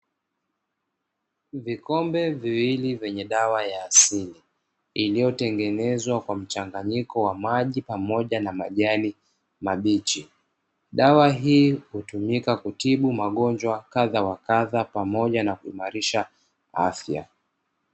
Vikombe viwili vyenye dawa ya asili, iliyotengeneza kwa maji pamoja na majani mabichi. Dawa hii hutumika kutibu magonjwa kadha wa kadha pamoja na kuimarisha afya.